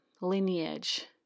lineage